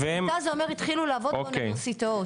קליטה זה אומר התחילו לעבוד באוניברסיטאות.